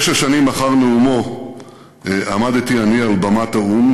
תשע שנים אחרי נאומו עמדתי אני על במת האו"ם